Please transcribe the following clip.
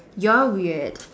you're weird